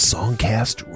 Songcast